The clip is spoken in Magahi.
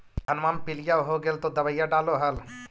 धनमा मे पीलिया हो गेल तो दबैया डालो हल?